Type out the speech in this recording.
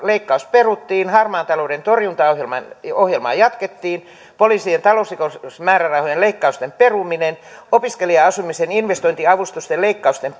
leikkaus peruttiin harmaan talouden torjuntaohjelmaa jatkettiin poliisien talousrikosmäärärahojen leikkausten peruminen opiskelija asumisen investointiavustusten leikkausten